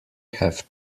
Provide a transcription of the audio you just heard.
have